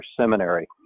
Seminary